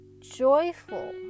joyful